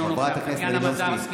אינו נוכח טטיאנה מזרסקי,